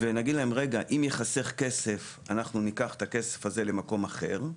ואם נגיד להם שאם ייחסך כסף אנחנו ניקח אותו למקום אחר,